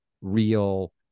real